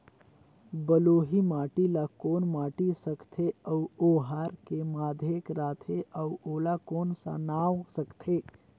बलुही माटी ला कौन माटी सकथे अउ ओहार के माधेक राथे अउ ओला कौन का नाव सकथे?